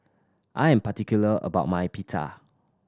I'm particular about my Pita